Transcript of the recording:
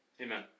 amen